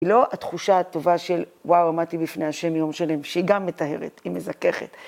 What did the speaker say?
היא לא התחושה הטובה של וואו עמדתי בפני השם יום שלם שהיא גם מטהרת, היא מזככת.